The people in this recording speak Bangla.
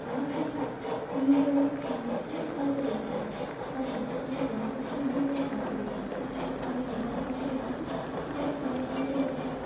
আমার কাছে প্রিয় জায়গা চিড়িয়াখানাই হয়তো হতে পারে কারণ আমি অন্য কোথাও গিয়ে কোনো পাখি দেখিনি আমি যে কটা পাখি দেখেছি সে কটা চিড়িয়াখানাতেই দেখেছি